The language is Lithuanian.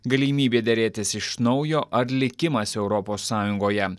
galimybė derėtis iš naujo ar likimas europos sąjungoje